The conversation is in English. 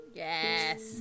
Yes